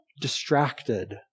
Distracted